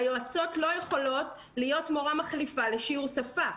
היועצות לא יכולות להיות מחליפות לשיעור שפה.